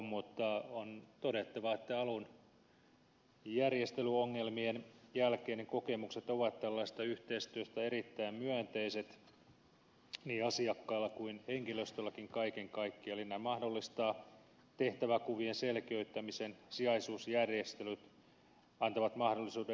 mutta on todettava että alun järjestelyongelmien jälkeen ne kokemukset tällaisesta yhteistyöstä ovat erittäin myönteiset niin asiakkailla kuin henkilöstölläkin kaiken kaikkiaan eli tämä mahdollistaa tehtäväkuvien selkeyttämisen sijaisuusjärjestelyt antaa mahdollisuuden erikoistumiseen